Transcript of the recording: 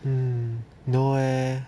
hmm no leh